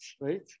right